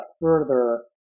further